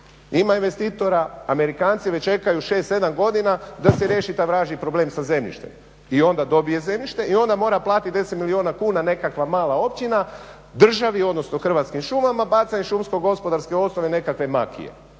ima investitora, Amerikanci već čekaju 6-7 godina da se riješi taj vražji problem sa zemljištem i onda dobije zemljište i onda mora platit 10 milijuna kuna nekakva mala općina državi odnosno Hrvatskim šumama, … šumsko gospodarske osnove nekakve makije.